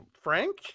Frank